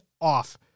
off